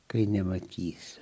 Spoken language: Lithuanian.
kai nematys